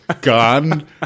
gone